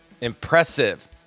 impressive